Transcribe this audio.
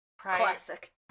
Classic